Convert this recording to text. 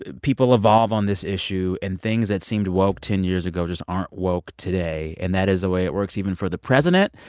people evolve on this issue. and things that seemed woke ten years ago just aren't woke today. and that is the way it works even for the president.